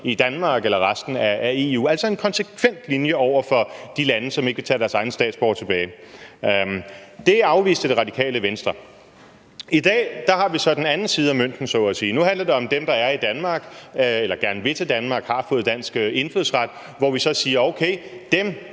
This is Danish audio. i Danmark eller i resten af EU – altså en konsekvent linje over for de lande, der ikke ville tage deres egne statsborgere tilbage. Det afviste Det Radikale Venstre. I dag har vi så den anden side af mønten, om man så må sige. Nu handler det om dem, der er i Danmark eller gerne vil til Danmark og har fået dansk indfødsret, hvor vi så siger: Okay, dem